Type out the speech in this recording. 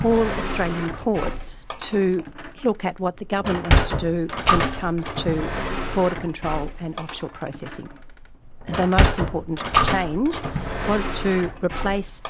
all australian courts to look at what the government wants to do when it comes to border control and offshore processing, and the most important change was to replace